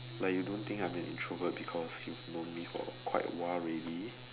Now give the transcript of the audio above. like you don't think I'm an introvert because you've known me for quite a while already